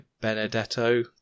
Benedetto